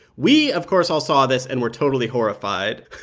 we, of course, all saw this, and were totally horrified.